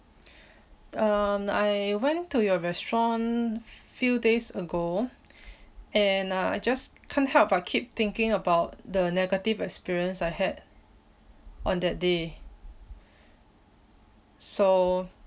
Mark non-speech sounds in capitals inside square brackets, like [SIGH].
[BREATH] um I went to your restaurant few days ago [BREATH] and uh I just can't help but keep thinking about the negative experience I had on that day [BREATH] so